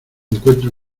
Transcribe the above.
encuentro